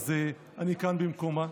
אז אני כאן במקומה.